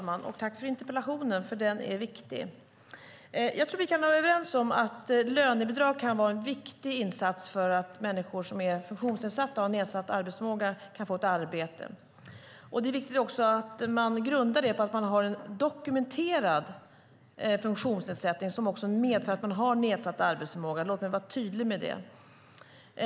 Fru talman! Tack för interpellationen, för den är viktig! Jag tror att vi kan vara överens om att lönebidrag kan vara en viktig insats för att människor som är funktionsnedsatta och har nedsatt arbetsförmåga kan få ett arbete. Det är viktigt att det grundas på att man har en dokumenterad funktionsnedsättning som medför att man har nedsatt arbetsförmåga - låt mig vara tydlig med det.